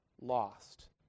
lost